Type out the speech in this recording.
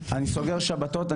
אני סוגר שבתות,